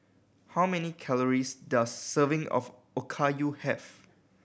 how many calories does serving of Okayu have